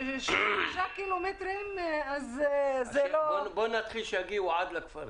שלושה קילומטרים זה לא -- בואי נתחיל שיגיעו עד לכפרים.